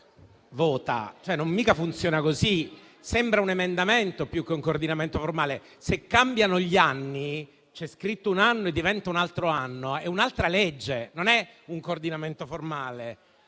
vota. Non funziona così. Sembra un emendamento più che un coordinamento formale. Se cambiano gli anni, c'è scritto un anno e diventa un altro anno, è un'altra legge e non un coordinamento formale.